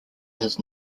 his